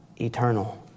eternal